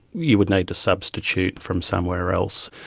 you would need to substitute from somewhere else.